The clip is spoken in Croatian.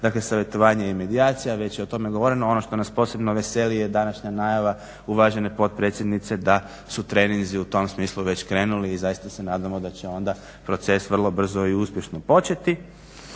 dakle savjetovanje i medijacija. Već je o tome govoreno. Ono što nas posebno veseli je današnja najava uvažene potpredsjednice da su treninzi u tom smislu već krenuli i zaista se nadamo da će onda proces i vrlo brzo i uspješno početi.